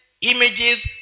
images